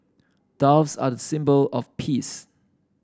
doves are the symbol of peace